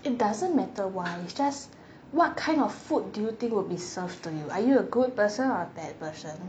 it doesn't matter why is just what kind of food do you think would be served to you are you a good person or a bad person